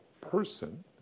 person